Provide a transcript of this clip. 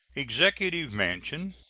executive mansion,